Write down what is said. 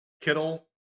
Kittle